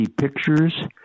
pictures